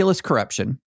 corruption